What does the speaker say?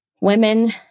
women